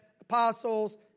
Apostles